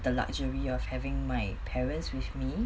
the luxury of having my parents with me